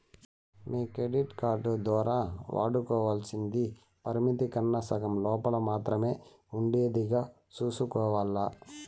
మీ credit card దోరా వాడుకోవల్సింది పరిమితి కన్నా సగం లోపల మాత్రమే ఉండేదిగా సూసుకోవాల్ల